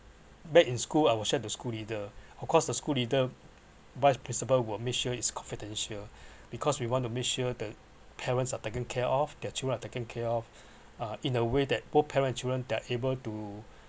back in school I will share to school leader of course the school leader vice principal will make sure is confidential because we want to make sure that parents are taken care off their children are taken care off uh in a way that both parents and children they're able to